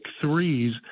threes